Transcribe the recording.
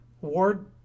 Ward